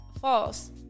false